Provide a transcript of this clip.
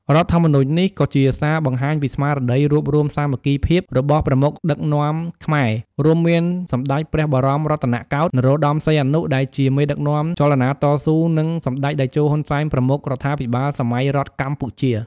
រដ្ឋធម្មនុញ្ញនេះ ក៏ជាសារបង្ហាញពីស្មារតីរួបរួមសាមគ្គីភាពរបស់ប្រមុខដឹកនាំខ្មែរ រួមមានសម្តេចព្រះបរមរតនកោដ្ឋ នរោត្តម សីហនុ ដែលជាមេដឹកនាំចលនាតស៊ូ និង សម្តេចតេជោ ហ៊ុន សែន ប្រមុខរដ្ឋាភិបាលសម័យរដ្ឋកម្ពុជា។